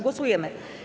Głosujemy.